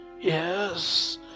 yes